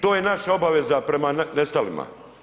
To je naša obaveza prema nestalima.